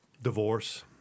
Divorce